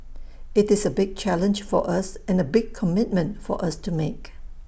IT is A big challenge for us and A big commitment for us to make